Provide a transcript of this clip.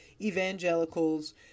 evangelicals